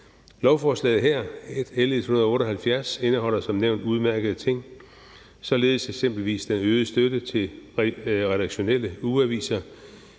Lovforslaget her, L 178, indeholder som nævnt udmærkede ting, eksempelvis den øgede støtte til redaktionelle ugeaviser.